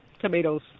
tomatoes